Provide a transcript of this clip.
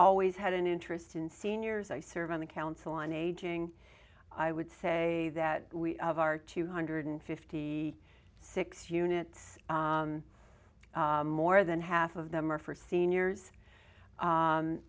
always had an interest in seniors i serve on the council on aging i would say that we of our two hundred and fifty six dollars units more than half of them are for seniors